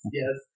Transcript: yes